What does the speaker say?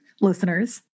listeners